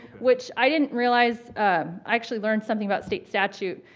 which i didn't realize, i actually learned something about state statute.